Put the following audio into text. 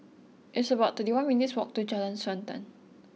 it's about thirty one minutes' walk to Jalan Srantan